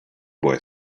boy